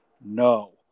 no